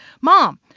mom